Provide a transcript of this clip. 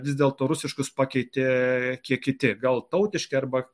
vis dėlto rusiškus pakeitė kiti gal tautiški arba